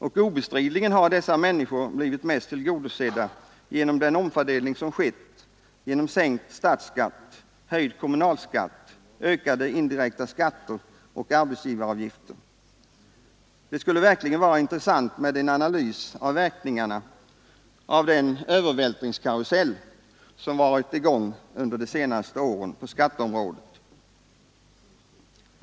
Och obestridligen har dessa människor blivit mest tillgodosedda vid den omfördelning som skett genom sänkt statsskatt, höjd kommunalskatt, ökade indirekta skatter och arbetsgivaravgifter. Det skulle verkligen vara intressant med en analys av verkningarna av den övervältringskarusell som varit i gång på skatteområdet under de senaste åren.